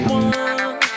one